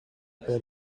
better